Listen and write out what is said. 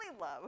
love